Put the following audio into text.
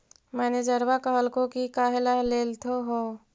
मैनेजरवा कहलको कि काहेला लेथ हहो?